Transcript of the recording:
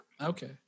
Okay